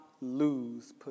lose